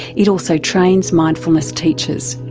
it also trains mindfulness teachers.